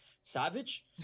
savage